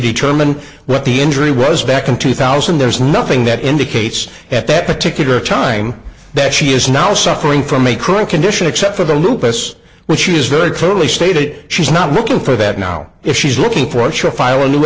determine what the injury was back in two thousand there's nothing that indicates that that particular time that she is now suffering from a chronic condition except for the lupus which is very clearly stated she's not looking for that now if she's looking for a sure fire